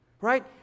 right